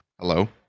hello